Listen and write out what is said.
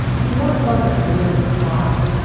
if you want to start a career in crime,